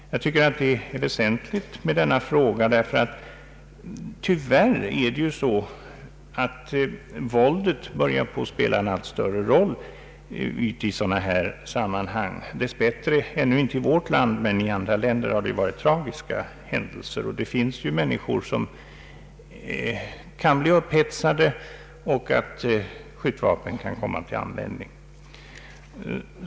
Jag tycker att detta är en väsentlig fråga, därför att det ju tyvärr är så att våldet börjat spela en allt större roll i sådana sammanhang — dess bättre ännu inte i vårt land; men i andra länder har inträffat tragiska händelser. Det finns människor som kan bli upphetsade, och det kan hända att skjutvapen kommer till användning.